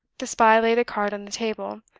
the spy laid a card on the table.